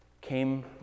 came